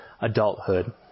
adulthood